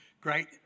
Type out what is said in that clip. great